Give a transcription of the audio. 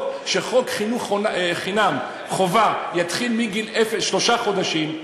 שחוק חינוך חינם חובה יתחיל מגיל שלושה חודשים,